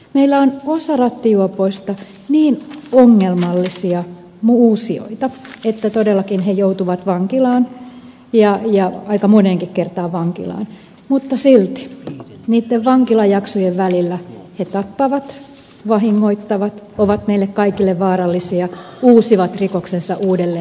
meillä on osa rattijuopoista niin ongelmallisia uusijoita että todellakin he joutuvat vankilaan ja aika moneenkin kertaan vankilaan mutta silti niiden vankilajaksojen välillä he tappavat vahingoittavat ovat meille kaikille vaarallisia uusivat rikoksensa uudelleen ja uudelleen